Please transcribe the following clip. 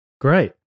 Great